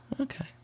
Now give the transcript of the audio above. Okay